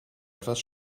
etwas